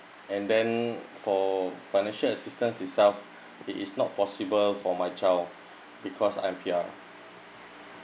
and then for financial assistance itself it is not possible for my child because I'm P_R